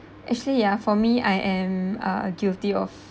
actually ya for me I am uh guilty of